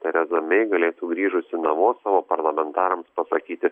tereza mei galėtų grįžusi namo savo parlamentarams pasakyti